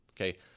Okay